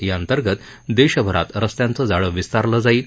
याअंतर्गत देशभरात रस्त्यांचं जाळ विस्तारलं जाईल